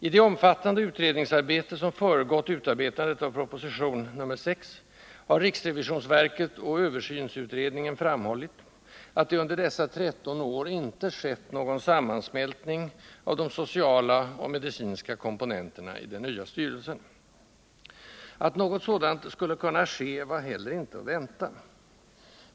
I det omfattande utredningsarbete som föregått utarbetandet av propositionen 1979/80:6, har riksrevisionsverket och översynsutredningen framhållit att det under dessa 13 år inte skett någon sammansmältning av de sociala och de medicinska komponenterna i den nya styrelsen. Att något sådant skulle kunna ske var heller inte att vänta.